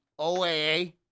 OAA